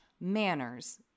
manners